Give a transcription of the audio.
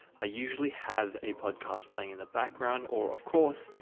ah usually have a podcast playing in the background or of course,